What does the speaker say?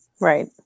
Right